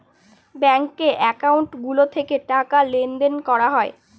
ব্যাঙ্কে একাউন্ট গুলো থেকে টাকা লেনদেন করা হয়